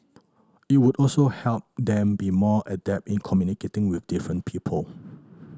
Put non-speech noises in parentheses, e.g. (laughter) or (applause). it would also help them be more adept in communicating with different people (noise)